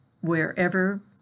wherever